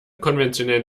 konventionellen